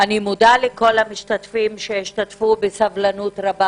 אני מודה לכל המשתתפים שהשתתפו בסבלנות רבה.